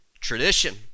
tradition